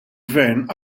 gvern